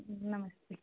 नमस्ते